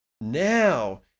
now